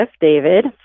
David